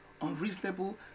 unreasonable